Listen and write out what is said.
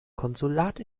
konsulat